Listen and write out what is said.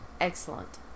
Excellent